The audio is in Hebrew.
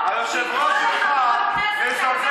היושב-ראש שלך מזלזל בכנסת.